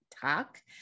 talk